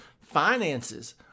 finances